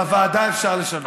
בוועדה אפשר לשנות.